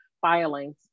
filings